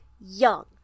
young